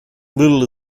little